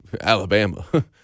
Alabama